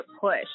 push